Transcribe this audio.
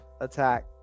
attack